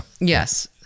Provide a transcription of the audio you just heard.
Yes